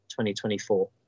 2024